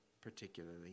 particularly